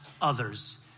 others